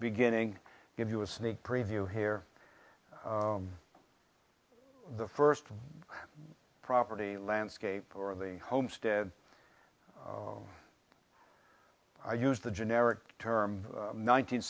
beginning give you a sneak preview here the first property landscape or of the homestead i use the generic term nineteenth